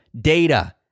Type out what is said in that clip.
data